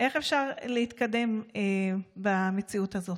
איך אפשר להתקדם במציאות הזאת?